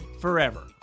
forever